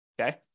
Okay